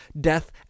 death